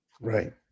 right